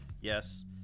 Yes